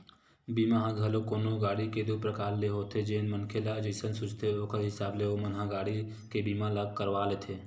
बीमा ह घलोक कोनो गाड़ी के दू परकार ले होथे जेन मनखे ल जइसन सूझथे ओखर हिसाब ले ओमन ह गाड़ी के बीमा ल करवा लेथे